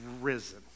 risen